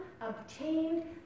obtained